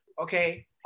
okay